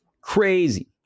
Crazy